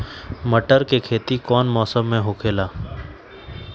मटर के खेती कौन मौसम में होखेला?